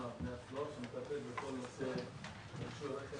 שמטפל בכל נושא הרכב,